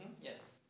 Yes